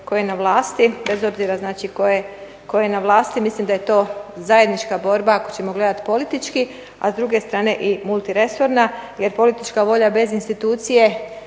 tko je na vlasti, bez obzira, znači, tko je na vlasti, mislim da je to zajednička borba, ako ćemo gledati politički, a s druge strane i multiresorna jer politička volja bez institucije